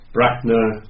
Brackner